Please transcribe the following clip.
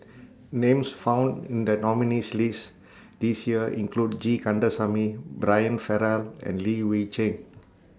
Names found in The nominees' list This Year include G Kandasamy Brian Farrell and Li Hui Cheng